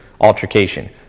altercation